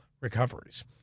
recoveries